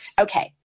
Okay